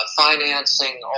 financing